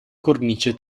cornice